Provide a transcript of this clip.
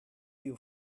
you